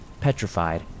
petrified